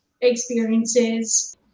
experiences